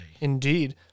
Indeed